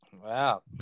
Wow